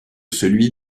celui